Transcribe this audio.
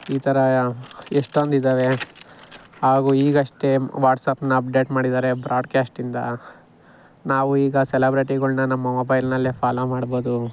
ಈ ಥರಯ ಎಷ್ಟೊಂದು ಇದ್ದಾವೆ ಹಾಗು ಈಗಷ್ಟೆ ವಾಟ್ಸಾಪ್ನ ಅಪ್ಡೇಟ್ ಮಾಡಿದ್ದಾರೆ ಬ್ರಾಡ್ಕ್ಯಾಸ್ಟಿಂದ ನಾವು ಈಗ ಸೆಲಬ್ರೆಟಿಗಳ್ನ ನಮ್ಮ ಮೊಬೈಲ್ನಲ್ಲೆ ಫಾಲೋ ಮಾಡ್ಬೊದು